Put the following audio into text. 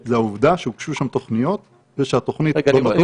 זאת העובדה שהוגשו שם תוכניות ושהתוכנית לא נידונה.